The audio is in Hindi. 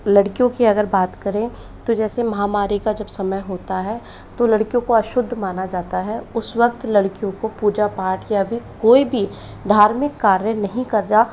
लड़कियों की अगर बात करें तो जैसे महावारी का जब समय होता है तो लड़कियों को अशुद्ध माना जाता है उस वक़्त लड़कियों को पूजा पाठ या फिर कोई भी धार्मिक कार्य नहीं करना